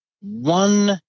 one